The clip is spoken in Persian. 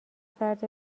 فردا